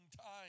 time